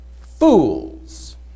Fools